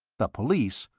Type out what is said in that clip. the police?